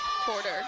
quarter